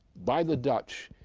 by the dutch,